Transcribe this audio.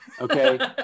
okay